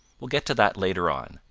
we'll get to that later on,